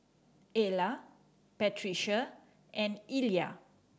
Ayla Patricia and Illya